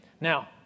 now